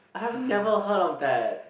I've never heard of that